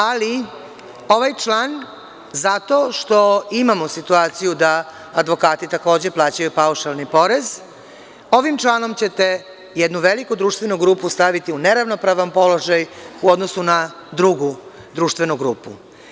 Ali, ovaj član, zato što imamo situaciju da advokati takođe plaćaju paušalni porez, ovim članom ćete jednu veliku društvenu grupu staviti u neravnopravan položaj, u odnosu na drugu društvenu grupu.